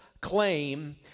claim